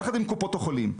יחד עם קופות החולים,